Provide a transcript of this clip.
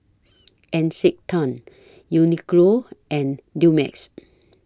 Encik Tan Uniqlo and Dumex